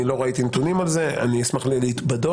לא ראיתי נתונים על זה, אשמח להתבדות.